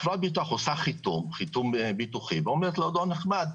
חברת ביטוח עושה חיתום ביטוחי ואומר לו: אדון נכבד,